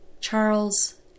Charles